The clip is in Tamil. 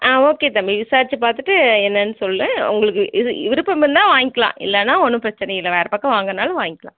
ஆ ஓகே தம்பி விசாரிச்சு பார்த்துட்டு என்னன்னு சொல் உங்களுக்கு இது விருப்பம் இருந்தால் வாங்கிக்கலாம் இல்லைனா ஒன்றும் பிரச்சனை இல்லை வேறு பக்கம் வாங்குறதுனாலும் வாங்கிக்கலாம்